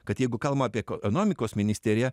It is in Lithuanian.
kad jeigu kalbam apie ekonomikos ministeriją